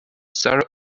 sarah